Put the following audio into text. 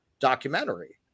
documentary